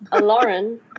Lauren